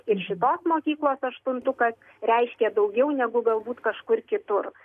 ir šitos mokyklos aštuntukas reiškia daugiau negu galbūt kažkur kitur